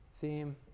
theme